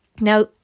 Now